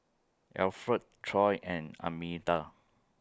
Alfred Troy and Armida